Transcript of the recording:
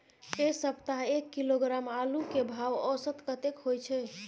ऐ सप्ताह एक किलोग्राम आलू के भाव औसत कतेक होय छै?